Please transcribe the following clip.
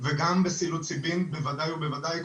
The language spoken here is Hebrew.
וגם בסילוצידין בוודאי ובוודאי,